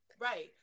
right